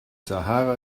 sahara